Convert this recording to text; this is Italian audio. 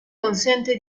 consente